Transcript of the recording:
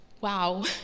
wow